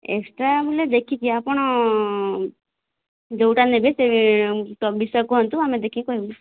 extra ହେଲେ ଦେଖିକି ଆପଣ ଯେଉଁଟା ନେବେ ସେହି ତ ବିଷୟ କୁହନ୍ତୁ ଆମେ ଦେଖିକି କହିବୁ